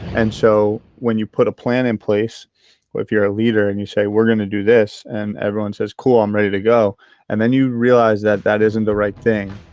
and so when you put a plan in place, or if you're a leader and you say we're going to do this, and everyone says, cool, i'm ready to go and then you realize that that isn't the right thing,